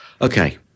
Okay